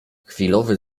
chwilowy